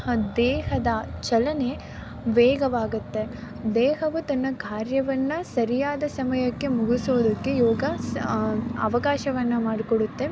ದೇಹದ ಚಲನೆ ವೇಗವಾಗುತ್ತೆ ದೇಹವು ತನ್ನ ಕಾರ್ಯವನ್ನು ಸರಿಯಾದ ಸಮಯಕ್ಕೆ ಮುಗಿಸೋದಕ್ಕೆ ಯೋಗ ಸ ಅವಕಾಶವನ್ನು ಮಾಡಿಕೊಡುತ್ತೆ